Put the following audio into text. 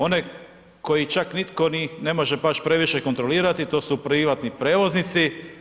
Onaj koji čak nitko ni ne može baš previše kontrolirati, to su privatni prijevoznici.